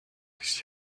des